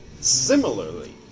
Similarly